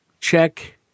check